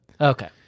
okay